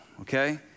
okay